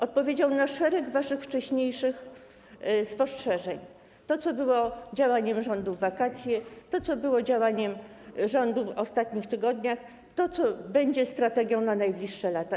Odpowiedział na szereg waszych wcześniejszych spostrzeżeń, co było działaniem rządu w wakacje, co było działaniem rządu w ostatnich tygodniach, co będzie strategią na najbliższe lata.